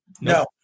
No